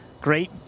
great